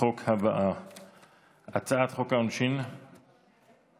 החוק הבאה, הצעת חוק העונשין (תיקון,